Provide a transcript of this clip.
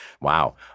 Wow